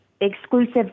exclusive